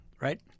right